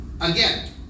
Again